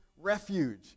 refuge